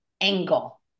angle